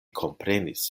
komprenis